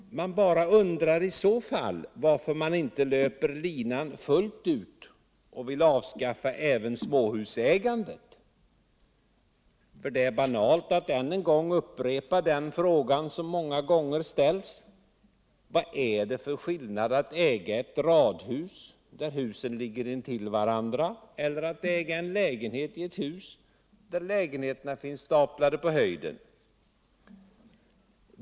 Man bara undrar varför de inte löper linan fullt ut och vill avskaffa även småhusägandet. Det är banalt att än en gång upprepa den fråga som många gånger ställts: Vad är det för skillnad mellan att äga ett radhus, där husen gränsar till varandra på längden, och att äga en lägenhet i ett hus, där lägenheterna finns staplade på höjden?